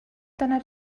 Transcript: deiner